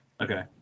Okay